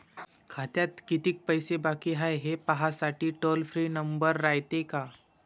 खात्यात कितीक पैसे बाकी हाय, हे पाहासाठी टोल फ्री नंबर रायते का?